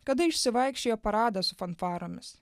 kada išsivaikščiojo paradas su fanfaromis